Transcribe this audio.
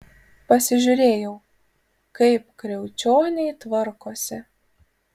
pasižiūrėjau kaip kriaučioniai tvarkosi